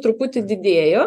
truputį didėjo